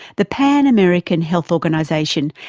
the pan american health organization,